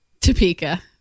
Topeka